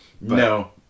No